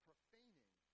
profaning